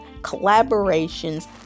collaborations